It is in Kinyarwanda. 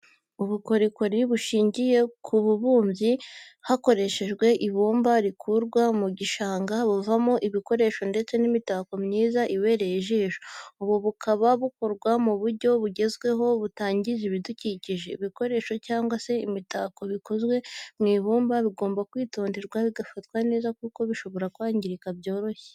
Ubukorikori bushingiye ku bubumbyi hakoreshejwe ibumba rikurwa mu gishanga buvamo ibikoresho ndetse n'imitako myiza ibereye ijisho, ubu bukaba bukorwa mu buryo bugezweho butangiza ibidukikije, ibikoresho cyangwa se imitako bikozwe mu ibumba bigomba kwitonderwa bigafatwa neza kuko bishobora kwangirika byoroshye.